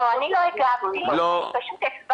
לא, אני לא הגבתי, פשוט הסברתי.